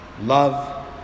love